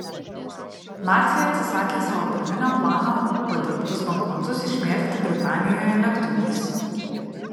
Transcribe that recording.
naciai atsisakė savo pirminio plano padirbtus banknotus išmėtyti britanijoje lėktuvais